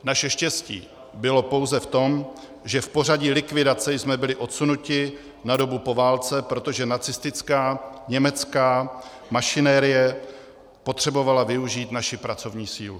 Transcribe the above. Naše štěstí bylo pouze v tom, že v pořadí likvidace jsme byli odsunuti na dobu po válce, protože nacistická německé mašinerie potřebovala využít naši pracovní sílu.